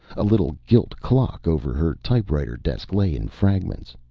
a little gilt clock over her typewriter-desk lay in fragments.